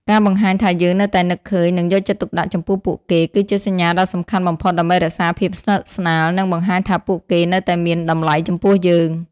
ការបង្ហាញថាយើងនៅតែនឹកឃើញ និងយកចិត្តទុកដាក់ចំពោះពួកគេ គឺជាសញ្ញាដ៏សំខាន់បំផុតដើម្បីរក្សាភាពស្និទ្ធស្នាល និងបង្ហាញថាពួកគេនៅតែមានតម្លៃចំពោះយើង។